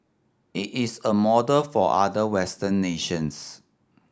it is a model for other Western nations